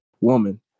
woman